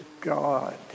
God